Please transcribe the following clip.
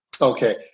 Okay